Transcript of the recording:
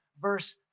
verse